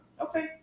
Okay